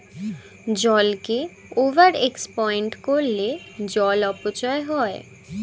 জলকে over exploit করলে জল অপচয় হয়